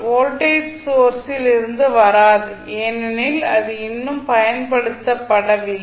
voltage சோர்ஸில் இருந்து வராது ஏனெனில் அது இன்னும் பயன்படுத்தப்படவில்லை